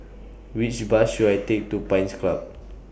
Which Bus should I Take to Pines Club